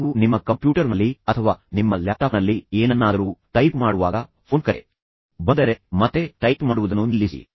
ನೀವು ನಿಮ್ಮ ಕಂಪ್ಯೂಟರ್ನಲ್ಲಿ ಅಥವಾ ನಿಮ್ಮ ಲ್ಯಾಪ್ಟಾಪ್ನಲ್ಲಿ ಏನನ್ನಾದರೂ ಟೈಪ್ ಮಾಡುವಾಗ ಫೋನ್ ಕರೆ ಬಂದರೆ ಮತ್ತೆ ಟೈಪ್ ಮಾಡುವುದನ್ನು ನಿಲ್ಲಿಸಿ